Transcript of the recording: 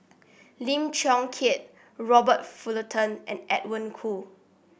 Lim Chong Keat Robert Fullerton and Edwin Koo